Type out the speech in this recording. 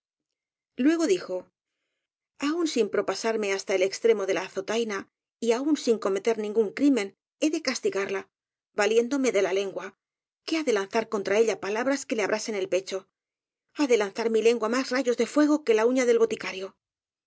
luego dijo aun sin propasarme hasta el extremo de la azotaina y aun sin cometer ningún crimen he decastigarla valiéndome de la lengua que ha de lanzar contra ella palabras que le abrasen el pecho ha de lanzar mi lengua más rayos de fuego que la uña del boticario